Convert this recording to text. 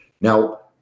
Now